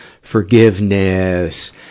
forgiveness